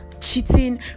cheating